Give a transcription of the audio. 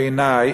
בעיני,